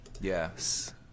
yes